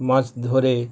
মাছ ধরে